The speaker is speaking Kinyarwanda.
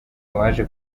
waje